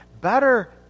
better